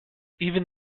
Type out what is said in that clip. even